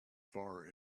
far